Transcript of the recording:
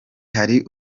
hari